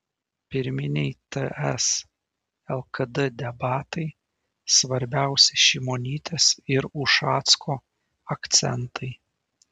pirminiai ts lkd debatai svarbiausi šimonytės ir ušacko akcentai